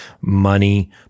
money